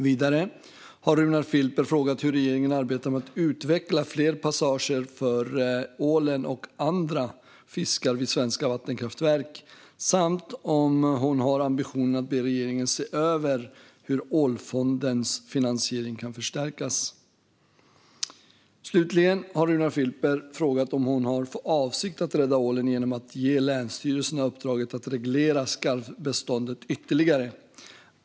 Vidare har Runar Filper frågat hur regeringen arbetar med att utveckla fler passager för ålen och andra fiskar vid svenska vattenkraftverk samt om hon har ambitionen att be regeringen se över hur Ålfondens finansiering kan förstärkas. Slutligen har Runar Filper frågat om hon har för avsikt att rädda ålen genom att ge länsstyrelserna uppdraget att reglera skarvbeståndet ytterligare.